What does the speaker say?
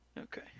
Okay